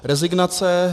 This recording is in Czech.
Rezignace.